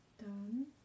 done